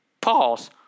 Pause